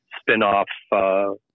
spin-off